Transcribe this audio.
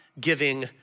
giving